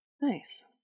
nice